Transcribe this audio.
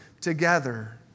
together